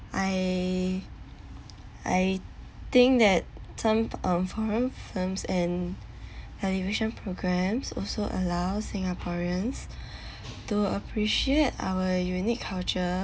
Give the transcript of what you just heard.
I I think that some of foreign films and television programmes also allow singaporeans to appreciate our unique culture